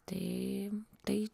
tai tai